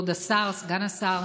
כבוד השר, סגן השר,